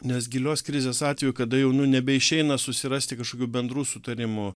nes gilios krizės atveju kada jau nu nebeišeina susirasti kažkokių bendrų sutarimų